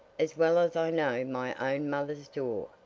as well as i know my own mother's door!